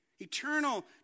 eternal